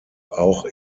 auch